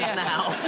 now